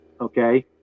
okay